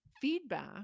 feedback